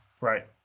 Right